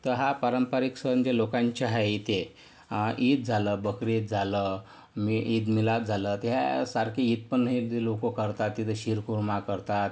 तर हा पारंपरिक सण जे लोकांचे आहे इथे ईद झालं बकरी ईद झालं मी ईद मिलाद झालं त्यासारखी ईद पण हे लोक करतात तिथं शीरकुर्मा करतात